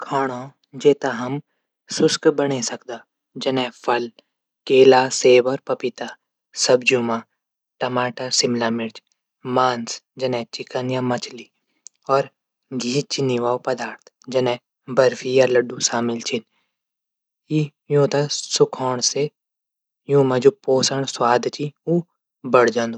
खाणू जेथे हम शुष्क बणै सकदा जनै फल केला सेव और पपीता। सब्जियों मा टमाटर सिमला मिर्च मांस चिकन या मछली और घी चीनी वोलु पदार्थ बर्फी या लड्डू शामिल च। यूंथै सुखोण से यू मा जू पोषण स्वाद च उ बढ जांदू।